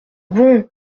bon